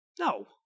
No